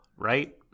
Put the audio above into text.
Right